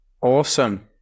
Awesome